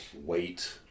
wait